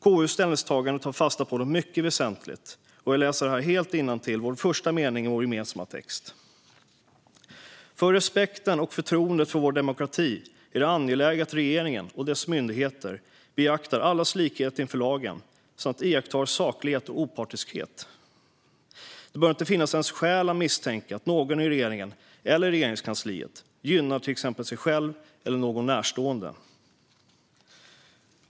KU:s ställningstagande tar fasta på något mycket väsentligt, och jag läser nu innantill de två första meningarna i vår gemensamma text: "För respekten och förtroendet för vår demokrati är det angeläget att regeringen och dess myndigheter beaktar allas likhet inför lagen samt iakttar saklighet och opartiskhet. Det bör inte finnas ens skäl att misstänka att någon i regeringen eller Regeringskansliet gynnar t.ex. sig själv eller någon närstående."